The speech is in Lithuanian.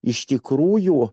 iš tikrųjų